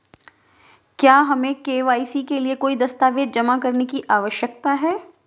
क्या हमें के.वाई.सी के लिए कोई दस्तावेज़ जमा करने की आवश्यकता है?